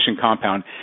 compound